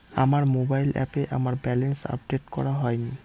আমার মোবাইল অ্যাপে আমার ব্যালেন্স আপডেট করা হয়নি